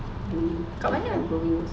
kat mana